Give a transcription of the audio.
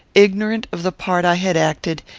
ignorant of the part i had acted,